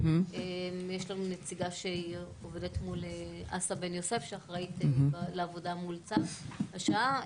יש לנו נציגה שעובדת מול האחראית לעבודה מול צו השעה.